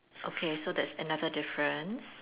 okay so that's another difference